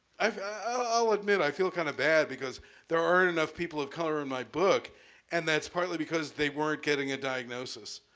i'll admit i feel kind of bad because there are enough people of color in my book and that's partly because they weren't getting a diagnosis.